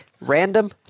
random